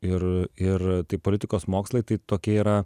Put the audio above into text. ir ir tai politikos mokslai tai tokia yra